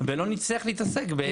ולא נצטרך להתעסק בהחזרים כאלה ואחרים.